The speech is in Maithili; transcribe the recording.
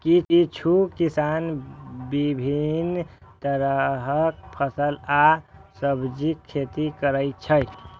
किछु किसान विभिन्न तरहक फल आ सब्जीक खेती करै छै